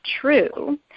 true